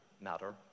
matter